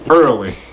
Early